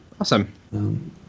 Awesome